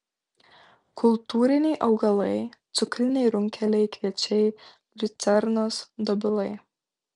kultūriniai augalai cukriniai runkeliai kviečiai liucernos dobilai